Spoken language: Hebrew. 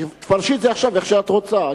תפרשי את זה עכשיו איך שאת רוצה.